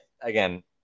again